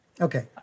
Okay